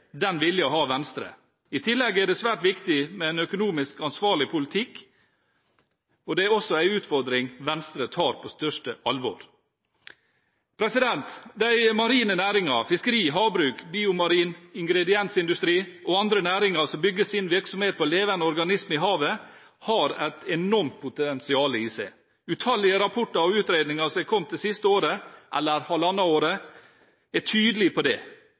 Den viljen har Venstre. I tillegg er det svært viktig med en økonomisk ansvarlig politikk. Det er også en utfordring Venstre tar på største alvor. De marine næringer – fiskeri, havbruk, biomarin ingrediensindustri – og andre næringer som bygger sin virksomhet på levende organismer i havet, har et enormt potensial i seg. Utallige rapporter og utredninger som er kommet det siste året – eller halvannet året – er tydelige på det.